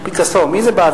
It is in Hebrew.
או פיקאסו, מי זה באוויר?